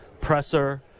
presser